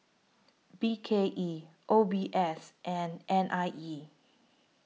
B K E O B S and N I E